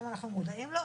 היום אנחנו מודעים לו,